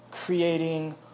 creating